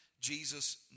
Jesus